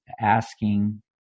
asking